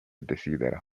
desidera